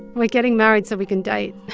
like getting married so we can date.